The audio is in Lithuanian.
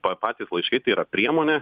pa patys laiškai tai yra priemonė